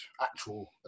actual